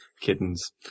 kittens